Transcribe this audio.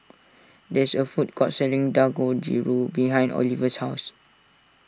there is a food court selling Dangojiru behind Oliver's house